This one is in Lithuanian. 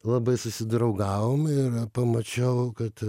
labai susidraugavom ir pamačiau kad